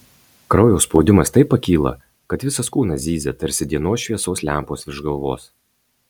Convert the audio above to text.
kraujo spaudimas taip pakyla kad visas kūnas zyzia tarsi dienos šviesos lempos virš galvos